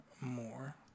more